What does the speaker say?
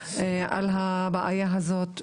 על הבעיה הזאת,